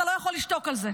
אתה לא יכול לשתוק על זה.